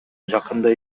жакында